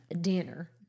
Dinner